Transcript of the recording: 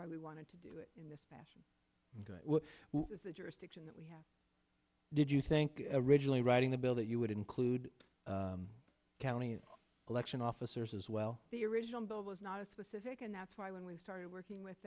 why we wanted to do it in this fashion what was the jurisdiction that we have did you think regionally writing the bill that you would include county election officers as well the original bill was not a specific and that's why when we started working with